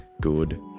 good